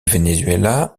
venezuela